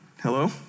Hello